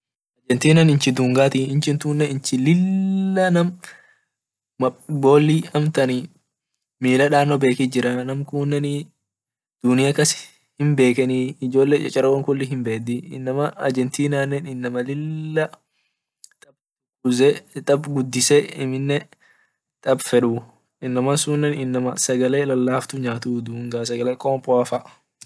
Argetina inchin dungati inchin tunne inchi lila nam boli mila dano bekit jira namkune dunia kas hinbekenii ijole chareko kulin hinbedii inama argentina inama lila tab gudise amine tab fedu inm sunne inama sagale lalaftu nyatuu sagale qompoafaa.